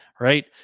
right